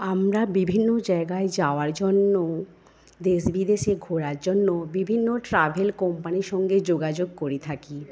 আমরা বিভিন্ন জায়গায় যাওয়ার জন্য দেশ বিদেশে ঘোরার জন্য বিভিন্ন ট্রাভেল কোম্পানির সঙ্গে যোগাযোগ করে থাকি